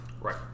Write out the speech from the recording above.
Right